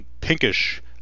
pinkish